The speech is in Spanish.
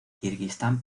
kirguistán